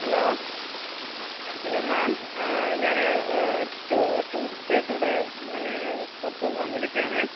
hello അ hello ma'am ഞാന് ടൂ ടൂറിസ്റ്റായിട്ടിവിടേ പിന്നേ പുറത്തുനിന്ന് വന്നിരിക്കയാണേ